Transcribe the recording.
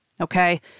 Okay